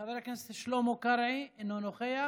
חבר הכנסת שלמה קרעי, אינו נוכח.